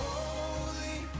Holy